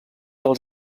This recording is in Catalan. els